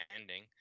ending